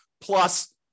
plus